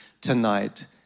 tonight